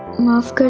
love